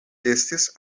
estis